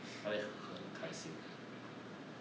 她会很开心的